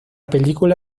película